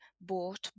bought